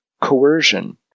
coercion